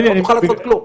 לא תוכל לעשות כלום.